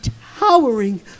towering